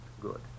Good